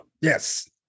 yes